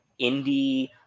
indie